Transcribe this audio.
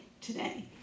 today